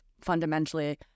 fundamentally